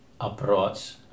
approach